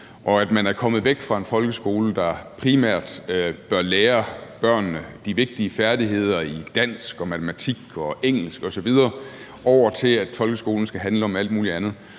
og at man er kommet væk fra en folkeskole, der primært bør lære børnene de vigtige færdigheder i dansk og matematik, engelsk osv., over til, at folkeskolen skal handle om alt muligt andet.